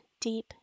deep